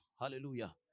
Hallelujah